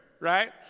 right